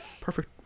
perfect